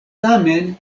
tamen